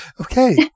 Okay